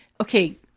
okay